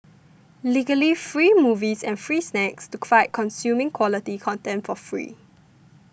legally free movies and free snacks to fight consuming quality content for free